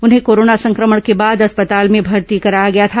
उन्हें कोरोना संक्रमण के बाद अस्पताल में भर्ती कराया गया था